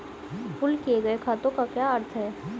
Pool किए गए खातों का क्या अर्थ है?